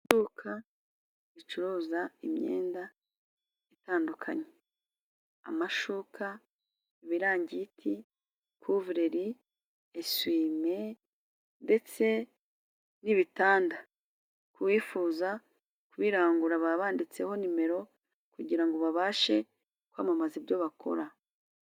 Iduka ricuruza imyenda itandukanye amashuka , ibirangiti, kuvuleri ,eswime ndetse n'ibitanda. Ku wifuza kubirangura baba banditseho nimero kugira ngo babashe kwamamaza ibyo bakora.